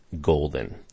golden